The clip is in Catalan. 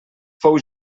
fou